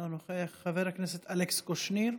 אינו נוכח, חבר הכנסת אלכס קושניר,